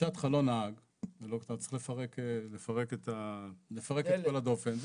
שמשת חלון צריך לפרק את כל הדופן.